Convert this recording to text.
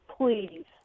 please